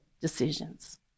decisions